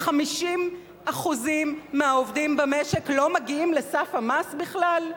כש-50% מהעובדים במשק לא מגיעים לסף המס בכלל?